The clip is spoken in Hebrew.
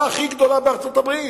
הקהילה הכי גדולה בארצות-הברית.